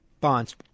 bonds